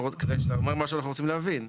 כשאתה אומר משהו אנחנו רוצים להבין.